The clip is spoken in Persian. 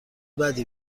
بدی